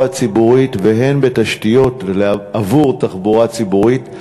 הציבורית והן בתשתיות עבור תחבורה ציבורית.